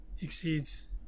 exceeds